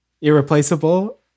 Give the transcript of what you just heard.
Irreplaceable